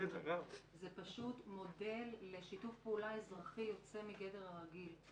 זה פשוט מודל לשיתוף פעולה אזרחי יוצא מגדר הרגיל,